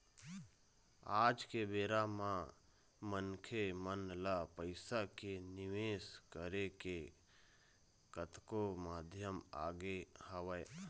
आज के बेरा म मनखे मन ल पइसा के निवेश करे के कतको माध्यम आगे हवय